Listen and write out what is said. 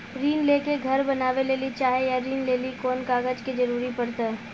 ऋण ले के घर बनावे लेली चाहे या ऋण लेली कोन कागज के जरूरी परतै?